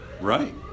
right